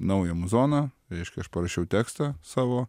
naują muzoną reiškia aš parašiau tekstą savo